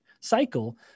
cycle